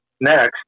next